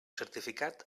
certificat